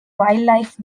wildlife